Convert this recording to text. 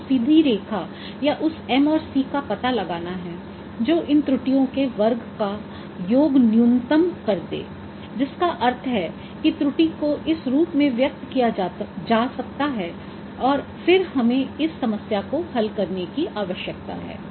हमें उस सीधी रेखा या उस m और c का पता लगाना है जो इन त्रुटियों के वर्ग का योग न्यूनतम कर दे जिसका अर्थ है कि त्रुटि को इस रूप में व्यक्त किया जा सकता है और फिर हमें इस समस्या को हल करने की आवश्यकता है